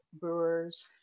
brewers